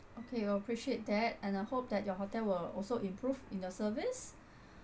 okay I'll appreciate that and I hope that your hotel will also improve in the service